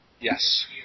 Yes